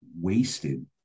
wasted